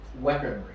weaponry